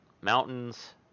mountains